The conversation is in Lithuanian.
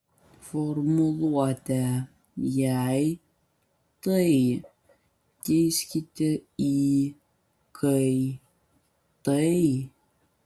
formuluotę jei tai keiskite į kai tai